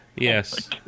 Yes